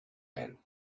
man